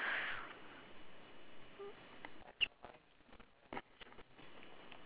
uh